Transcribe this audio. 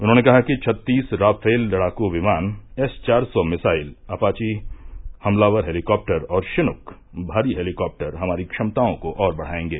उन्होंने कहा कि छत्तीस राफेल लड़ाकू विमान एस चार सौ मिसाइल अपायी हमलावर हेलीकॉप्टर और शिनुक भारी हेलीकॉप्टर हमारी क्षमताओं को और बढ़ाएगे